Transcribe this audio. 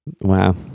wow